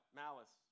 malice